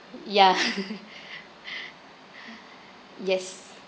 ya yes